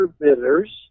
bidders